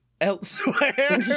elsewhere